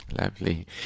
Lovely